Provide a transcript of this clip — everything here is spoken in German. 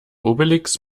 obelix